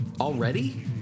Already